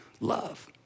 love